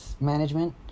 management